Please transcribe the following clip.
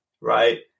right